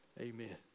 Amen